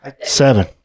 Seven